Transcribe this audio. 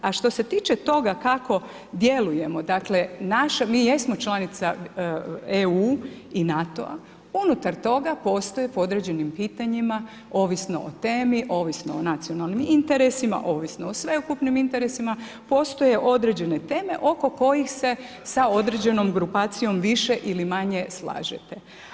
A što se tiče toga kako djeluje, dakle mi jesmo članica EU i NATO-a, unutar toga postoje po određenim pitanjima ovisno o temi, ovisno o nacionalnim interesima, ovisno sveukupnim interesima, postoje određene teme oko kojih se sa određenom grupacijom više ili manje slažete.